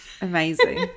amazing